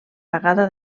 pagada